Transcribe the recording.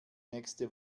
nächste